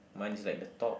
mine is like the top